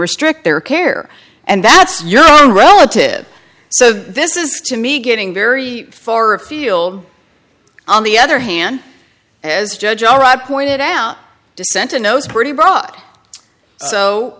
restrict their care and that's your relative so this is to me getting very far afield on the other hand as judge alright pointed out dissenting knows pretty broad so